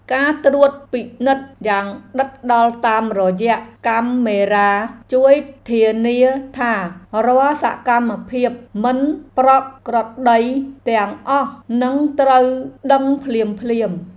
ការត្រួតពិនិត្យយ៉ាងដិតដល់តាមរយៈកាមេរ៉ាជួយធានាថា រាល់សកម្មភាពមិនប្រក្រតីទាំងអស់នឹងត្រូវដឹងភ្លាមៗ។